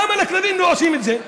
למה לכלבים לא עושים את זה?